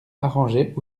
arrangeait